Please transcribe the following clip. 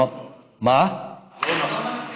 לא נכון.